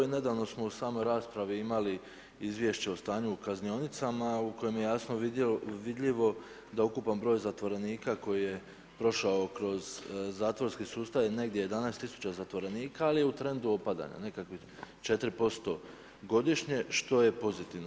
Nedavno smo u samoj raspravi imali izvješće o stanu u kaznionicama u kojim je jasno vidljivo da ukupan broj zatvorenika koji je prošao kroz zatvorski sustav je negdje 11 000 zatvorenika, ali je u trendu opadanja, nekakvih 4% godišnje, što je pozitivno.